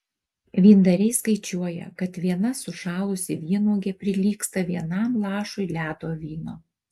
vyndariai skaičiuoja kad viena sušalusi vynuogė prilygsta vienam lašui ledo vyno